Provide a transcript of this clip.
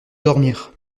dormir